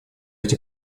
эти